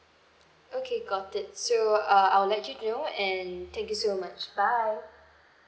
okay got it so uh I'll let you know and thank you so much bye